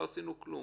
לא עשינו כלום.